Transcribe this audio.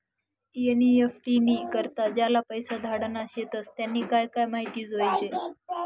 NEFT नी करता ज्याले पैसा धाडना शेतस त्यानी काय काय माहिती जोयजे